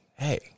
hey